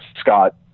Scott